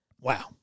wow